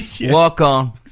walk-on